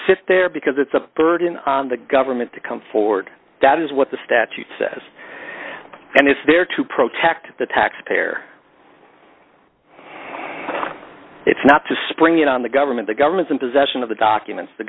there because it's a burden on the government to come forward that is what the statute says and it's there to protect the taxpayer it's not to spring it on the government the government's in possession of the documents the